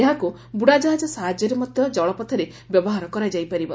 ଏହାକୁ ବୁଡାଜାହାଜ ସାହାଯ୍ୟରେ ମଧ ଜଳପଥରେ ବ୍ୟବହାର କରାଯାଇପାରିବ